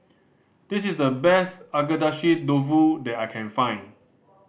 this is the best Agedashi Dofu that I can find